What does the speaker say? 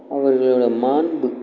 அவர்களோட மாண்பு